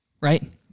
right